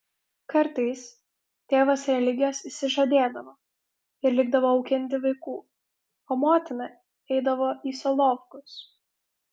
kartais tėvas religijos išsižadėdavo ir likdavo auginti vaikų o motina eidavo į solovkus